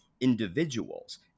individuals